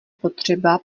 potřeba